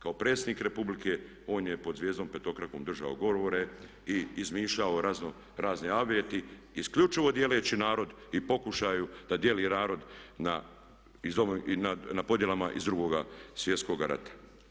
Kao predsjednik Republike on je pod zvijezdom petokrakom držao govore i izmišljao razne aveti isključivo dijeleći narod i pokušaju da dijeli narod na podjelama iz Drugoga svjetskoga rata.